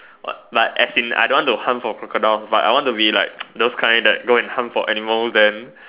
what but as in I don't want to harm for crocodile but I want to be like those kind that go harm for animal than